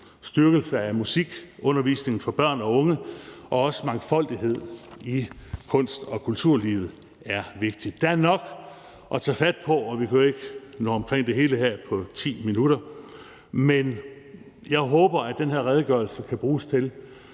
styrkelse af musikundervisningen for børn og unge og en mangfoldighed i kunst- og kulturlivet er også vigtige. Der er nok at tage fat på, og vi kan jo ikke nå omkring det hele her på 10 minutter, men jeg håber, at den her redegørelse kan bruges til,